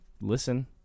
listen